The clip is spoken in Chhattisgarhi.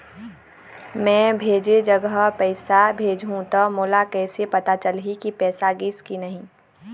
मैं भेजे जगह पैसा भेजहूं त मोला कैसे पता चलही की पैसा गिस कि नहीं?